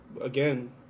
Again